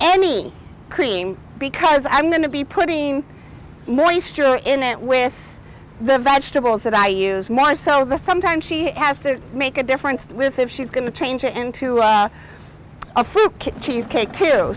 cream because i'm going to be putting moisture in it with the vegetables that i use more so sometimes she has to make a difference with if she's going to change it into a fluke cheesecake too